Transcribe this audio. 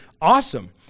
awesome